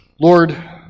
Lord